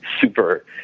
super